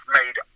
made